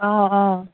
অঁ অঁ